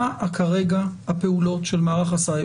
מה כרגע הפעולות של מערך הסייבר?